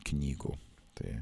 knygų tai